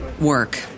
work